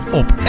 op